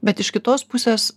bet iš kitos pusės